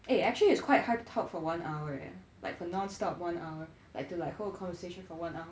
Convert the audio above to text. eh actually it's quite hard to talk for one hour eh like for non-stop one hour like to like hold a conversation for one hour